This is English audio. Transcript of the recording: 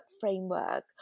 framework